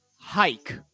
Hike